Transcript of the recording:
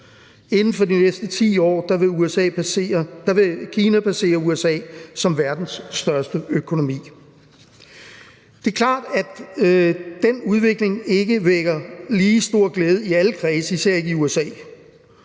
Inden for de næste 10 år vil Kina passere USA som verdens største økonomi. Det er klart, at den udvikling ikke vækker lige stor glæde i alle kredse, især ikke i USA.